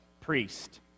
priest